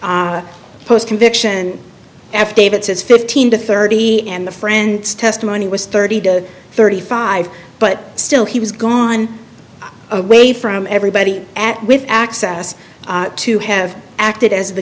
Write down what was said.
s post conviction affidavit says fifteen to thirty and the friend's testimony was thirty to thirty five but still he was gone away from everybody at with access to have acted as